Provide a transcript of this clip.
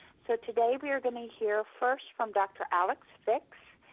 so today we are going to hear first from dr. alex fiks,